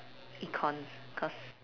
econs cause